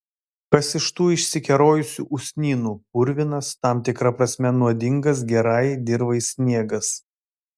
kas iš tų išsikerojusių usnynų purvinas tam tikra prasme nuodingas gerai dirvai sniegas